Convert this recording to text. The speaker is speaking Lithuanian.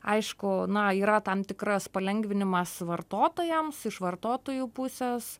aišku na yra tam tikras palengvinimas vartotojams iš vartotojų pusės